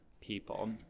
people